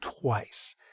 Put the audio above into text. twice